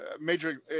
Major